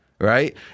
right